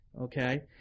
okay